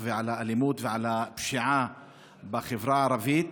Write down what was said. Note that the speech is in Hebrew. ועל האלימות ועל הפשיעה בחברה הערבית.